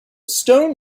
stone